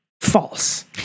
False